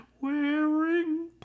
wearing